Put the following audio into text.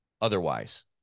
otherwise